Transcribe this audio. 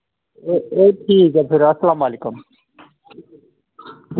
ए ए ठीक ऐ फिर अस्लाम वालेकुम